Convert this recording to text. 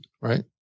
right